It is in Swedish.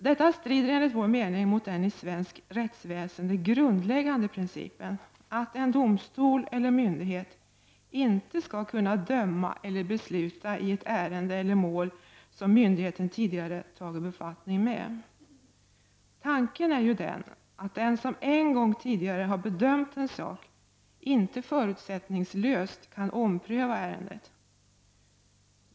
Detta strider enligt vår mening mot den i svenskt rättsväsende grundläggande principen att en domstol eller myndighet inte skall kunna döma eller besluta i ett ärende eller mål som myndigheten tidigare tagit befattning med. Tanken är ju den att den som en gång tidigare har bedömt en sak inte förutsättningslöst kan ompröva ärendet.